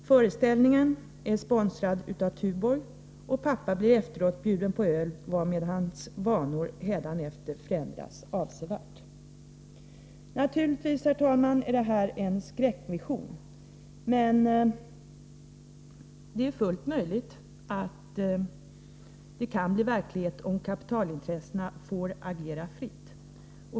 Föreställningen är sponsrad av Tuborg, och pappa blir efteråt bjuden på öl varmed hans vanor hädanefter förändras avsevärt.” Naturligtvis, herr talman, är detta en skräckvision. Men det är fullt möjligt att den blir verklighet om kapitalintressena får agera fritt.